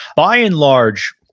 by and large,